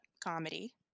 comedy